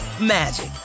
magic